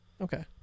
Okay